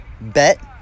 Bet